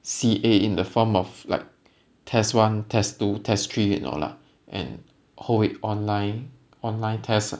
C_A in the form of like test one test two test three you know lah and hold it online online test lah